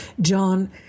John